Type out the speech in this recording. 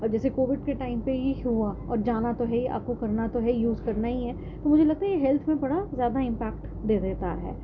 اب جیسے کووڈ کے ٹائم پہ یہ ایشو ہوا اب جانا تو ہے ہی آپ کو کرنا تو ہے یوز کرنا ہی ہے تو مجھے لگتا ہے یہ ہیلتھ میں بڑا زیادہ امپیکٹ دے دیتا ہے